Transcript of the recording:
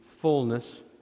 fullness